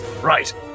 Right